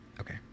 Okay